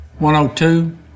102